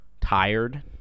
tired